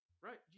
right